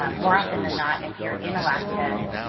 um more often than not, if you're in alaska,